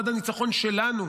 עד הניצחון שלנו,